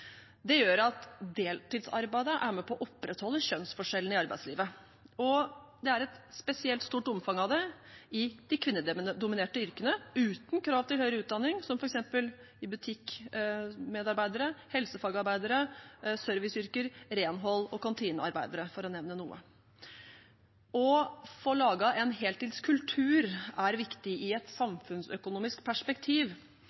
Det gjør at deltidsarbeidet er med på å opprettholde kjønnsforskjellene i arbeidslivet, og det er et spesielt stort omfanget av det i de kvinnedominerte yrkene uten krav til høyere utdanning, som f.eks. butikkmedarbeidere, helsefagarbeidere, serviceyrker, renhold og kantinearbeidere, for å nevne noe. Å få laget en heltidskultur er viktig i et